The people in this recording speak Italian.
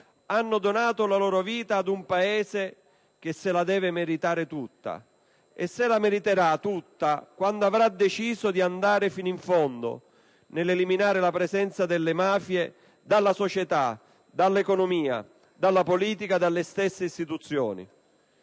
hanno donato la loro vita ad un Paese che se la deve meritare tutta e ciò avverrà quando avrà deciso di andare fino in fondo nell'eliminare la presenza delle mafie dalla società, dall'economia, dalla politica e dalle stesse istituzioni.